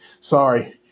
sorry